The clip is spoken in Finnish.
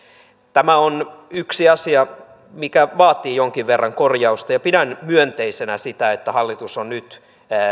tämä on yksi asia mikä vaatii jonkin verran korjausta ja pidän myönteisenä sitä että hallitus on nyt